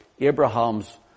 Abraham's